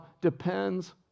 depends